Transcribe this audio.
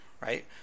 right